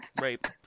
Rape